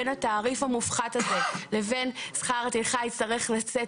בין התעריף המופחת הזה לבין שכר הטרחה יצטרך לשאת